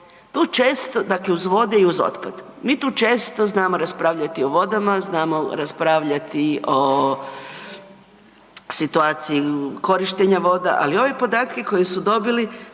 Tu često, dakle uz vode i uz otpad. Mi tu često znamo raspravljati o vodama, znamo raspravljati o situaciji korištenja voda, ali ove podatke koje su dobili,